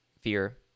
fear